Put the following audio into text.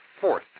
fourth